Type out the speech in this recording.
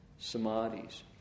samadhis